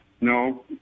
No